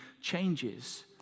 changes